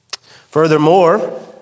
Furthermore